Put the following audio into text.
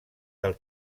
del